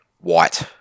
white